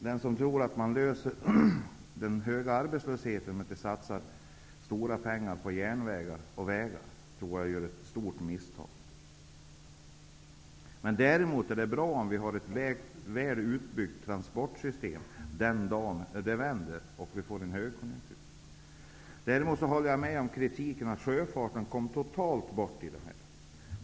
Den som tror att man löser den höga arbetslösheten genom att satsa stora pengar på järnvägar och vägar, tror jag gör ett stort misstag. Det är däremot bra att ha ett väl utbyggt transportsystem den dag konjunkturen vänder till en högkonjunktur. Däremot instämmer jag i kritiken att sjöfarten totalt har kommit bort i propositionen.